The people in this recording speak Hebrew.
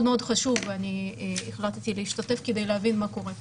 מאוד חשוב ואני החלטתי להשתתף כדי להבין מה קורה פה,